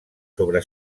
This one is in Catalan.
sobre